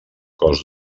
cos